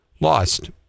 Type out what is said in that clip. Lost